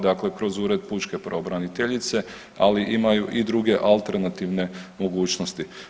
Dakle, kroz Ured pučke pravobraniteljice, ali imaju i druge alternativne mogućnosti.